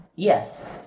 Yes